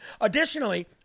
Additionally